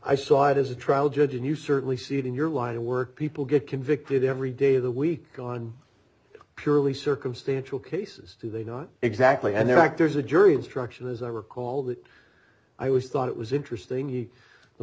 i saw it as a trial judge and you certainly see it in your line of work people get convicted every day of the week on purely circumstantial cases do they not exactly and their act there's a jury instruction as i recall that i was thought it was interesting he